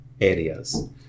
areas